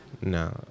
No